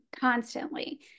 constantly